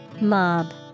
Mob